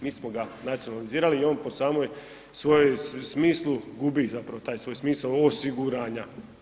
Mi smo ga nacionalizirali i on po samoj svojoj smislu gubi zapravo taj svoj smisao osiguranja.